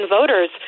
voters